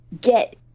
get